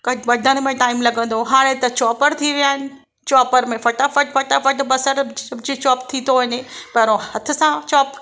cut वधण में time लॻंदो हाणे त चॉपर थी विया आहिनि चॉपर में फ़टाफ़ट फ़टाफ़ट बसर जी चॉप थी थो वञे पहिरों हथ सां चॉप